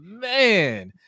man